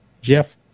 Jeff